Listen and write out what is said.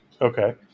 Okay